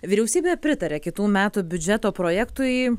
vyriausybė pritarė kitų metų biudžeto projektui